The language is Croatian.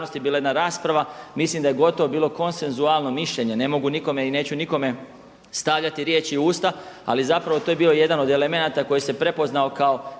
bila jedna rasprava mislim da je gotovo bilo konsenzualno mišljenje, ne mogu nikome i neću nikome stavljati u riječi u usta ali zapravo to je bio jedan od elementa koji se prepoznao kao